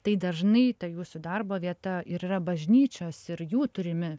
tai dažnai ta jūsų darbo vieta ir yra bažnyčios ir jų turimi